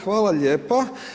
Hvala lijepa.